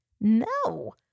No